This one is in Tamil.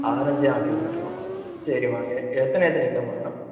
ஆரேஞ் ஆப்பிள் மட்டும்தான்மா சரிமா எத்தனை எத்தனை கிலோமா வேணும்